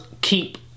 keep